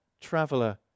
traveler